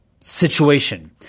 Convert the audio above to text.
situation